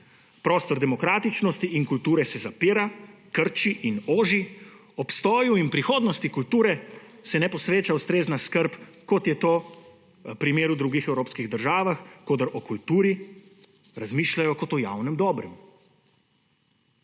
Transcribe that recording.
Prostor demokratičnosti in kulture se zapira, krči in oži, obstoju in prihodnosti kulture se ne posveča ustrezne skrbi, kot je to primer v drugih evropskih državah, kjer o kulturi razmišljajo kot o javnem dobrem.